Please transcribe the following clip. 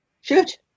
Shoot